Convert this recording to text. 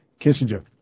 Kissinger